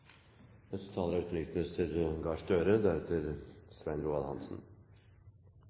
neste taler er utenriksminister Jonas Gahr Støre.